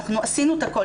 אנחנו עשינו את הכל.